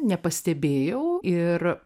nepastebėjau ir